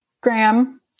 Graham